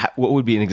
what would be an